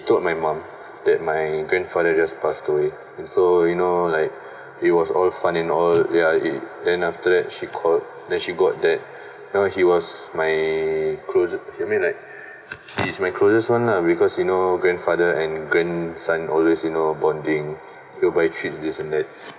told my mom that my grandfather just passed away and so you know like it was all fun and all yeah then after that she called then she got that you know he was my closes~ I mean like he's my closest one lah because you know grandfather and grandson always you know bonding go buy treats this and that